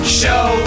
show